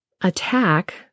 attack